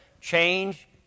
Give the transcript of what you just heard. change